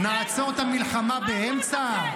נעצור את המלחמה באמצע?